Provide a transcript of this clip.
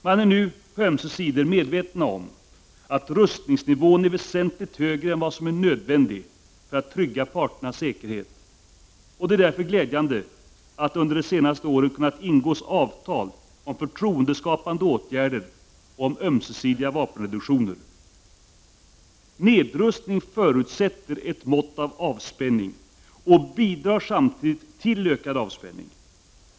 Man är nu på ömse sidor medveten om att rustningsnivån är väsentligt högre än vad som är nödvändigt för att trygga parternas säkerhet. Det är därför glädjande att det under de senaste åren har kunnat ingås avtal om förtroendeskapande åtgärder och om ömsesidiga vapenreduktioner. Nedrustning förutsätter ett mått av avspänning och bidrar samtidigt till ökad avspänning.